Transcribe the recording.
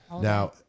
Now